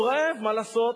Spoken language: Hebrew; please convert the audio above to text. והוא רעב, מה לעשות?